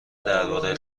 درباره